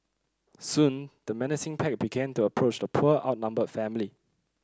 soon the menacing pack began to approach the poor outnumbered family